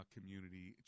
Community